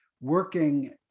working